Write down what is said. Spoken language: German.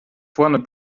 vorn